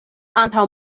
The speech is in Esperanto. antaŭ